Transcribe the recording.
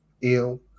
ill